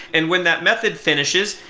and when that method finishes,